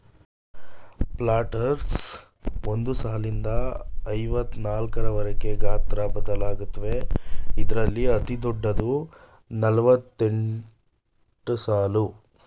planters ಒಂದ್ ಸಾಲ್ನಿಂದ ಐವತ್ನಾಕ್ವರ್ಗೆ ಗಾತ್ರ ಬದಲಾಗತ್ವೆ ಇದ್ರಲ್ಲಿ ಅತಿದೊಡ್ಡದು ನಲವತ್ತೆಂಟ್ಸಾಲು